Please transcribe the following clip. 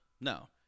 No